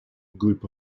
group